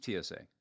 TSA